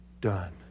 done